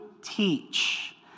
teach